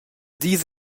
dis